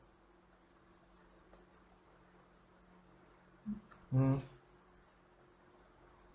mm